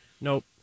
Nope